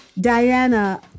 Diana